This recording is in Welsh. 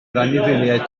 anifeiliaid